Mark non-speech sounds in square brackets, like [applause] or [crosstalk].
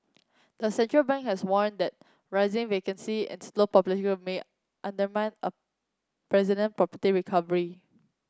the central bank has warned that rising vacancy and slow population [unintelligible] may undermine a resident property recovery